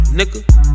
nigga